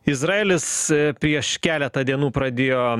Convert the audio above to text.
izraelis prieš keletą dienų pradėjo